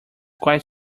quite